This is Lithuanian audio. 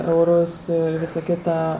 eurus ir visa kita